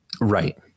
right